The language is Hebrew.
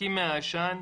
נחנקים מהעשן,